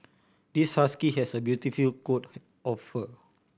this husky has a beautiful coat of fur